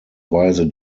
weise